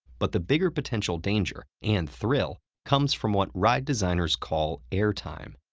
but the bigger potential danger and thrill comes from what ride designers call airtime.